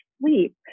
sleep